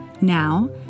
Now